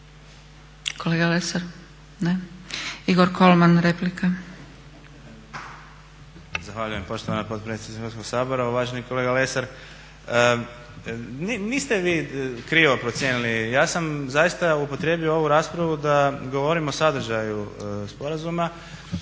Kolega Lesar? Ne. Igor Kolman replika.